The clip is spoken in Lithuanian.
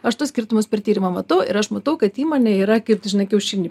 aš tuos skirtumus per tyrimą matau ir aš matau kad įmonė yra kaip tu žinai kiaušinį